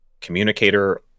communicator